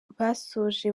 basoje